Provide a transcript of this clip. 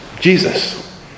Jesus